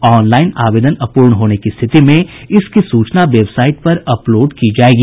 online आवेदन अपूर्ण होने की स्थिति में इसकी सूचना वेबसाइट पर अपलोड की जायेगी